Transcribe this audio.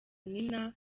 nina